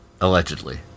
Allegedly